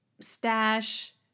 stash